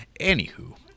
Anywho